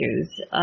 issues